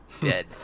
Dead